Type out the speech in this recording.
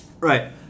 right